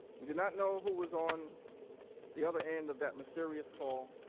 we do not know who was on the other end of that mysterious call